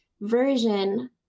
version